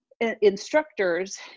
instructors